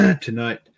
tonight